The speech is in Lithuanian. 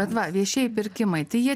bet va viešieji pirkimai tai jie